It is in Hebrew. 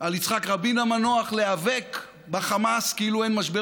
על יצחק רבין המנוח: להיאבק בחמאס כאילו אין משבר